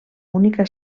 única